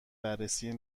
بررسی